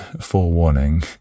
forewarning